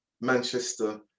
Manchester